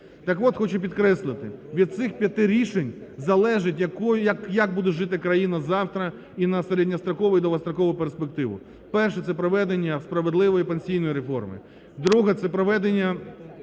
Так от, хочу підкреслити, від цих п'яти рішень залежить, як буде жити країна завтра і на середньострокову і довгострокову перспективу: перше – це проведення справедливої пенсійної реформи; друге – це проведення